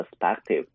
perspective